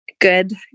good